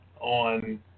on